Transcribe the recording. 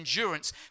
endurance